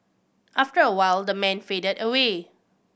after a while the man faded away